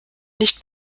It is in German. nicht